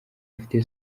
afite